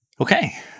Okay